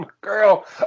girl